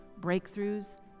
breakthroughs